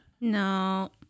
No